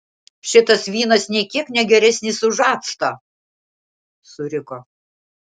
šitas vynas nė kiek ne geresnis už actą suriko